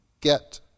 get